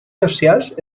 socials